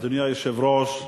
אדוני היושב-ראש,